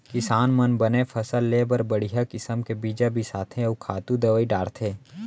किसान मन बने फसल लेय बर बड़िहा किसम के बीजा बिसाथें अउ खातू दवई डारथें